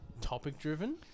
topic-driven